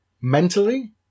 mentally